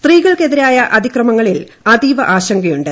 സ്ത്രീകൾക്കെതിരായ അതിക്രമങ്ങളിൽ അതീവ ആശങ്കയുണ്ട്